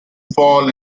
fall